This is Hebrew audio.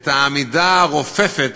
את העמידה הרופפת